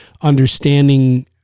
understanding